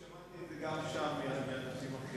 אז שמעתי את זה גם שם מאנשים אחרים.